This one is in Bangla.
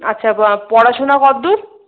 আচ্ছা পড়াশোনা কদ্দুর